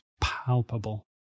palpable